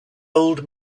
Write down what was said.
old